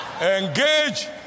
Engage